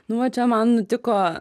nu va čia man nutiko